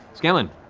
scanlan.